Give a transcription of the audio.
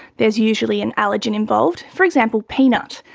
there's usually an allergen involved, for example peanut,